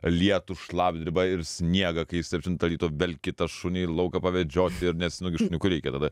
lietų šlapdribą ir sniegą kai septintą ryto velki tą šunį į lauką pavedžiot ir nes nu gi šuniukui reikia tada